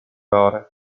ore